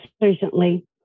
recently